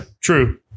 true